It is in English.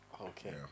Okay